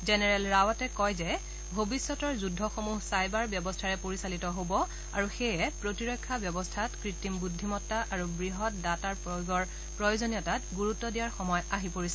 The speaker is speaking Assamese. জেনেৰেল ৰাৱটে কয় যে ভৱিষ্যতৰ যুদ্ধসমূহ ছাইবাৰ ব্যৱস্থাৰে পৰিচালিত হ'ব আৰু সেয়ে প্ৰতিৰক্ষা ব্যৱস্থাত কৃত্ৰিম বুদ্ধিমতা আৰু বৃহৎ ডাটাৰ প্ৰয়োগৰ প্ৰয়োজনীয়তাত গুৰুত্ব দিয়াৰ সময় আহি পৰিছে